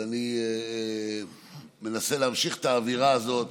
אני מנסה להמשיך את האווירה הזאת,